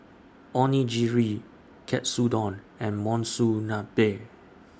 Onigiri Katsudon and Monsunabe